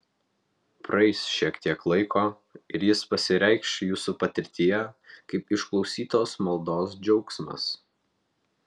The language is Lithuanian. praeis šiek tiek laiko ir jis pasireikš jūsų patirtyje kaip išklausytos maldos džiaugsmas